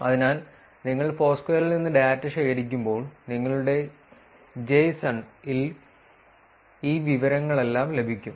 അതിനാൽ നിങ്ങൾ ഫോർസ്ക്വയറിൽ നിന്ന് ഡാറ്റ ശേഖരിക്കുമ്പോൾ നിങ്ങളുടെ json ൽ ഈ വിവരങ്ങളെല്ലാം ലഭിക്കും